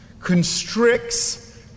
constricts